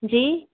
जी